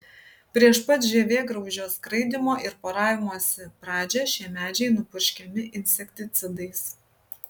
prieš pat žievėgraužio skraidymo ir poravimosi pradžią šie medžiai nupurškiami insekticidais